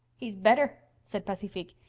he's better, said pacifique.